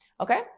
Okay